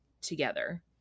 together